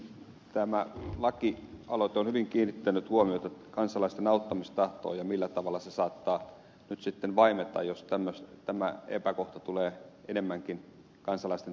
tämä lakialoite on hyvin kiinnittänyt huomiota kansalaisten auttamistahtoon ja siihen millä tavalla se saattaa nyt sitten vaimeta jos tämä epäkohta tulee enemmänkin kansalaisten tietoisuuteen